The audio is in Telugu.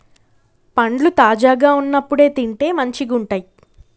పండ్లు తాజాగా వున్నప్పుడే తింటే మంచిగుంటయ్